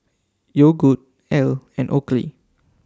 Yogood Elle and Oakley